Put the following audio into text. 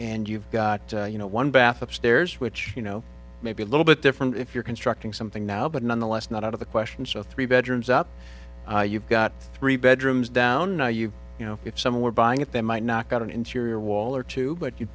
and you've got you know one bath upstairs which you know maybe a little bit different if you're constructing something now but nonetheless not out of the question so three bedrooms up you've got three bedrooms down now you you know if someone were buying it they might knock out an interior wall or two but you